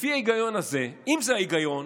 לפי ההיגיון הזה, אם זה ההיגיון